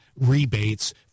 rebates